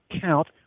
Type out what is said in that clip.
count